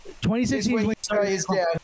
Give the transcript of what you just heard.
2016